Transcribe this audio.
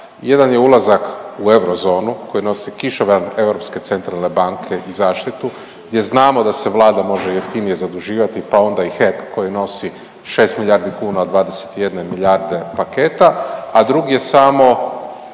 Jedan je ulazak u eurozonu koji nosi kišobran Europske centralne banke i zaštitu, gdje znamo da se Vlada može jeftinije zaduživati pa onda i HEP koji nosi 6 milijardi kuna od 21 milijarde paketa, a drugi je samo